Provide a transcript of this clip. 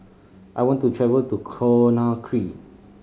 I want to travel to Conakry